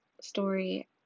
story